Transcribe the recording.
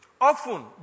Often